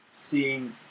Seeing